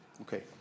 Okay